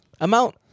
amount